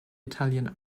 italian